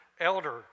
Elder